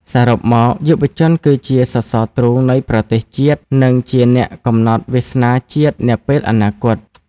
សរុបមក យុវជនគឺជាសសរទ្រូងនៃប្រទេសជាតិ និងជាអ្នកកំណត់វាសនាជាតិនាពេលអនាគត។